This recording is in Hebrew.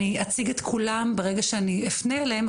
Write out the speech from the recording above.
אני אציג את כולם ברגע שאני אפנה אליהם,